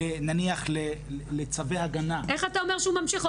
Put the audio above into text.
נניח לצווי הגנה --- איך אתה אומר שהוא ממשיך?